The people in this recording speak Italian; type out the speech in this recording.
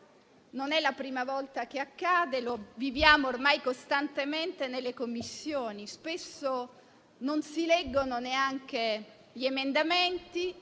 Non è la prima volta che accade e lo viviamo ormai costantemente nelle Commissioni: spesso non si leggono neanche gli emendamenti